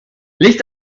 licht